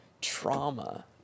trauma